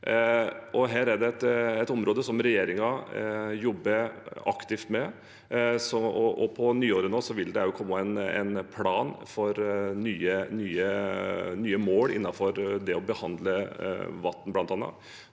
Det er et område som regjeringen jobber aktivt med, og på nyåret vil det komme en plan for nye mål innenfor det å behandle vann